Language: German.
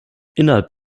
innerhalb